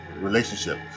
relationship